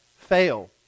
fail